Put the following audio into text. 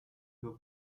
doit